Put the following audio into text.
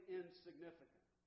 insignificant